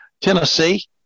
Tennessee